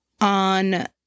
on